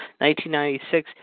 1996